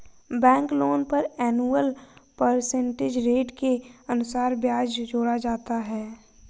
bank loan पर annual percentage rate के अनुसार ब्याज जोड़ा जाता है